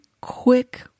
quick